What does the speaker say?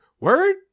word